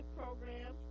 program